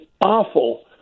awful